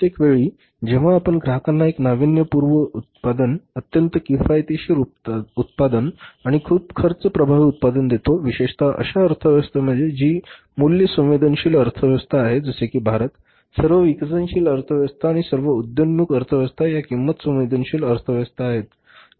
प्रत्येक वेळी जेव्हा आपण ग्राहकांना एक नाविन्यपूर्ण उत्पादन अत्यंत किफायतशीर उत्पादन आणि खूप खर्च प्रभावी उत्पादन देतो विशेषत अशा अर्थव्यवस्थेमध्ये जी मूल्य संवेदनशील अर्थव्यवस्था आहे जसे कि भारत सर्व विकसनशील अर्थव्यवस्था आणि सर्व उदयोन्मुख अर्थव्यवस्था या किंमत संवेदनशील अर्थव्यवस्था आहेत